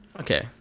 Okay